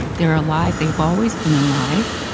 they're alive. they've always been alive.